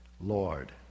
Lord